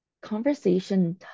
conversation